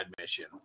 mission